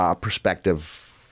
perspective